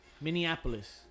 Minneapolis